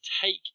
take